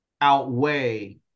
outweigh